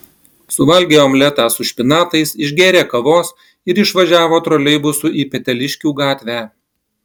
suvalgė omletą su špinatais išgėrė kavos ir išvažiavo troleibusu į peteliškių gatvę